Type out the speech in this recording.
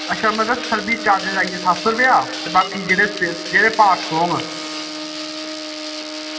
ते अच्छा मतलब सर्विस चार्ज आई गेआ सत्त सौ रपेआ ते बाकी जेह्ड़े पार्टस पौन